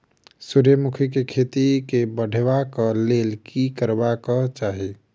सूर्यमुखी केँ खेती केँ बढ़ेबाक लेल की करबाक चाहि?